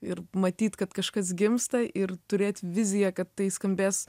ir matyt kad kažkas gimsta ir turėt viziją kad tai skambės